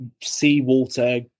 seawater